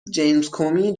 جیمزکومی